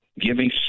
giving